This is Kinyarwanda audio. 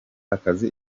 akazi